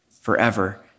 forever